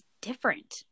different